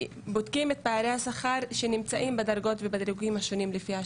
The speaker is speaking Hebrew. בודקים את פערי השכר שנמצאים בדרגות ובדירוגים השונים לפי השאלון,